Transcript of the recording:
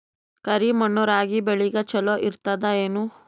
ಕರಿ ಮಣ್ಣು ರಾಗಿ ಬೇಳಿಗ ಚಲೋ ಇರ್ತದ ಏನು?